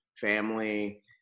family